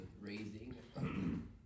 raising